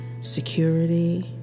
security